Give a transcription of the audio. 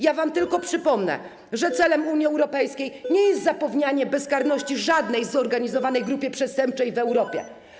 Ja wam tylko przypomnę, że celem Unii Europejskiej nie jest zapewnianie bezkarności żadnej zorganizowanej grupie przestępczej w Europie.